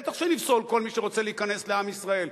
בטח שנפסול כל מי שרוצה להיכנס לעם ישראל,